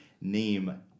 name